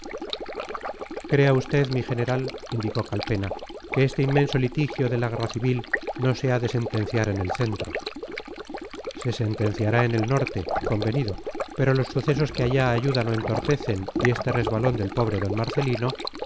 crea usted mi general indicó calpena que este inmenso litigio de la guerra civil no se ha de sentenciar en el centro se sentenciará en el norte convenido pero los sucesos de allá ayudan o entorpecen y este resbalón del pobre d marcelino